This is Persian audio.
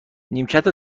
نیمکت